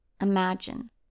imagine